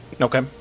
Okay